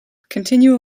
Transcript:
continue